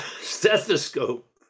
stethoscope